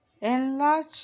Enlarge